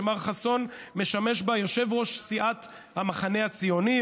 שמר חסון משמש בה יושב-ראש סיעת המחנה הציוני,